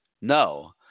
no